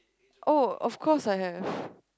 oh of course I have